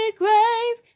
grave